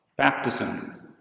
baptism